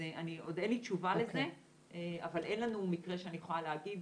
אז עוד אין לי תשובה לזה אבל אין לנו מקרה שאני יכולה להגיד